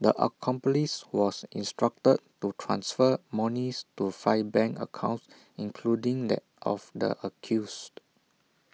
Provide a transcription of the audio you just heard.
the accomplice was instructed to transfer monies to five bank accounts including that of the accused